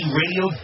radio